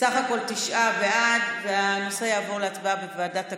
תשעה בעד, והנושא יעבור להצבעה בוועדת הכספים.